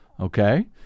Okay